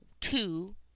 two